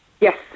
Yes